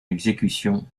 exécution